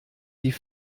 die